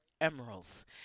Emeralds